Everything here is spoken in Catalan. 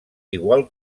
igual